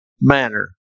manner